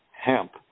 hemp